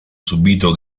subito